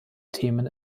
themen